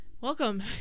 Welcome